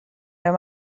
wenn